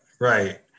Right